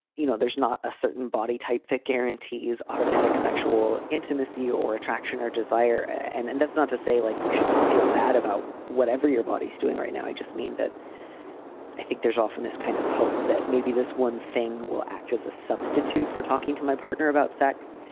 you know, there's not a certain body type that guarantees automatic sexual intimacy or attraction or desire. and and that's not to say like you should feel bad about whatever your body is doing right now. i just mean that i think there's often this kind of hope that maybe this one thing will act as a substitute for talking to my partner about sex.